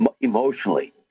emotionally